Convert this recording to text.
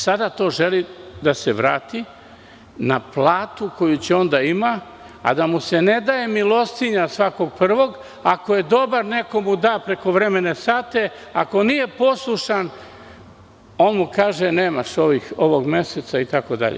Sada to želi da se vrati na platu koju će on da ima, a da mu se ne daje milostinja svakog 1. Ako je dobar, neko mu da prekovremene sate, ako nije poslušan, on mu kaže – nemaš ovog meseca itd.